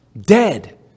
dead